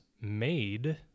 made